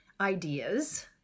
ideas